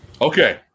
Okay